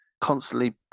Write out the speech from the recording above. constantly